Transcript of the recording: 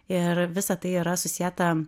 ir visa tai yra susieta